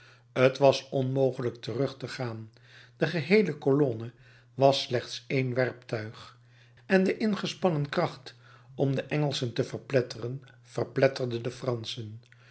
t was onmogelijk terug te gaan de geheele colonne was slechts één werptuig en de ingespannen kracht om de engelschen te verpletteren verplette de franschen